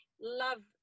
love